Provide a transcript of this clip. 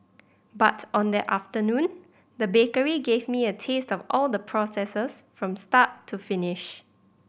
but on that afternoon the bakery gave me a taste of all the processes from start to finish